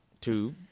two